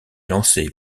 lancée